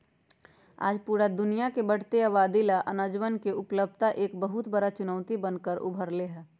आज पूरा दुनिया के बढ़ते आबादी ला अनजवन के उपलब्धता एक बहुत बड़ा चुनौती बन कर उभर ले है